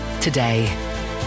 today